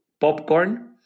popcorn